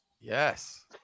Yes